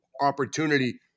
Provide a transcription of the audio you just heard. opportunity